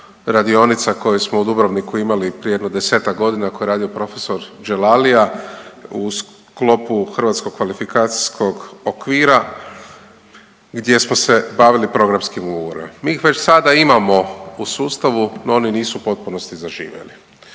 radionica koje smo u Dubrovniku imali prije jedno 10-ak godina, koje je radio profesor Dželalija u sklopu Hrvatskog kvalifikacijskog okvira gdje smo se bavili programskim ugovorima. Mi ih već sada imamo u sustavu, no oni nisu u potpunosti zaživjeli,